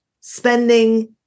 spending